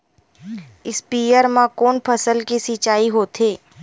स्पीयर म कोन फसल के सिंचाई होथे?